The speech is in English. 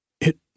It